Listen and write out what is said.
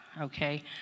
okay